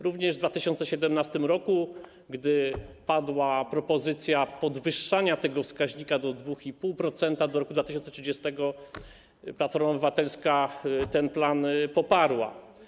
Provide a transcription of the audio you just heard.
Również w 2017 r., gdy padła propozycja podwyższania tego wskaźnika do 2,5% do roku 2030, Platforma Obywatelska ten plan poparła.